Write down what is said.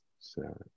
seven